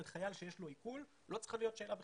חייל שיש לו עיקול, לא צריכה להיות שאלה בכלל.